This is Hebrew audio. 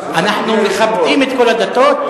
אנחנו מכבדים את כל הדתות,